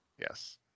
yes